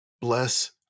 Bless